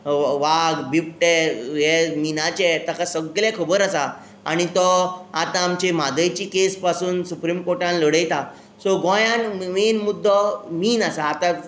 वाग बिबटे हे मिनाचे ताका सगले खबर आसा आनी तो आता आमची म्हादयची केस पासून सुप्रिम कोर्टान लडयता सो गोंयान मेन मुद्दो मिन आसा आता